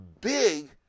big